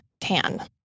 tan